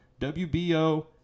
WBO